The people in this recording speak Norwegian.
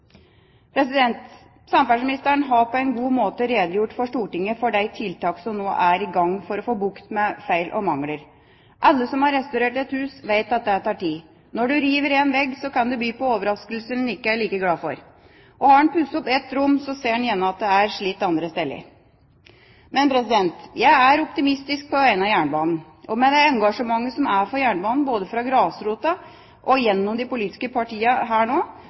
Samferdselsministeren har på en god måte redegjort for Stortinget for de tiltak som nå er i gang for å få bukt med feil og mangler. Alle som har restaurert et hus, vet at det tar tid. Når du river en vegg, kan det by på overraskelser man ikke er like glad for. Har man pusset opp ett rom, ser man gjerne at det er slitt andre steder. Jeg er optimistisk på vegne av jernbanen, og med det engasjementet som er for jernbanen både fra grasrota og gjennom de politiske partiene her nå,